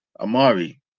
Amari